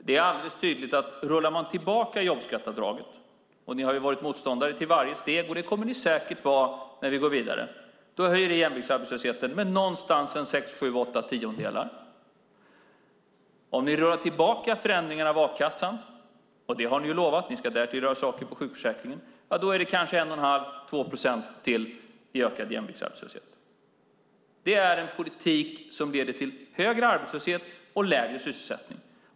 Det är alldeles tydligt att om ni rullar tillbaka jobbskatteavdraget - ni har varit motståndare till varje steg, Monica Green, och det kommer ni säkert att vara när vi går vidare - höjer det jämviktsarbetslösheten med någonstans sex, sju, åtta tiondelar. Om ni rullar tillbaka förändringen av a-kassan - och det har ni lovat; ni ska därtill göra saker med sjukförsäkringen - är det kanske 1 1⁄2-2 procent till i ökad jämviktsarbetslöshet. Det är en politik som leder till högre arbetslöshet och lägre sysselsättning.